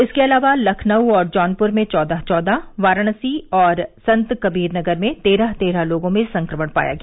इसके अलावा लखनऊ जौनपुर में चौदह चौदह वाराणसी संतकबीरनगर में तेरह तेरह लोगों में संक्रमण पाया गया